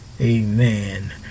amen